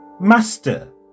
Master